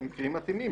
בתנאים מתאימים.